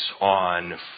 on